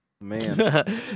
Man